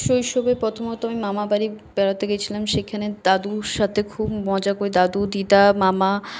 শৈশবে প্রথমত আমি মামাবাড়ি বেড়াতে গেছিলাম সেখানে দাদুর সাথে খুব মজা করে দাদু দিদা মামা